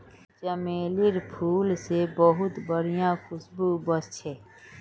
चमेलीर फूल से बहुत बढ़िया खुशबू वशछे